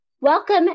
welcome